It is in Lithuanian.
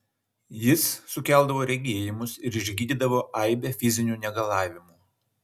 jis sukeldavo regėjimus ir išgydydavo aibę fizinių negalavimų